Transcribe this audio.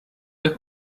der